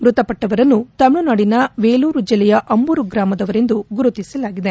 ಮ್ಬತಪಟ್ಟವರನ್ನು ತಮಿಳುನಾಡಿನ ವೇಲೂರು ಜಿಲ್ಲೆಯ ಅಂಬೂರು ಗ್ರಾಮದವರೆಂದು ಗುರುತಿಸಲಾಗಿದೆ